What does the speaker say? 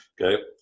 Okay